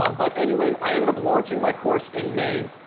um but anywways, i ended up launching my course in may,